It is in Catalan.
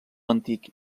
antic